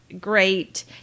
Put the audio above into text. great